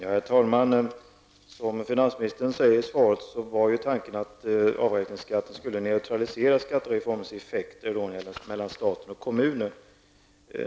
Herr talman! Tanken var, som finansministern säger i svaret, att avräkningsskatten skulle neutralisera skattereformens effekter mellan staten och kommunen.